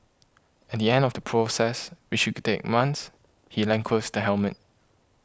at the end of the process which should could take months he lacquers the helmet